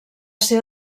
ser